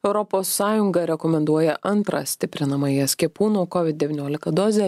europos sąjunga rekomenduoja antrą stiprinamąją skiepų nuo kovid devyniolika dozę